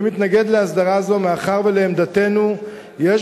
אני מתנגד להסדרה זו מאחר שלעמדתנו יש